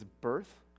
birth